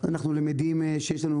אנחנו למדים שיש לנו,